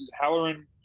Halloran